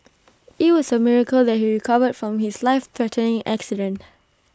IT was A miracle that he recovered from his lifethreatening accident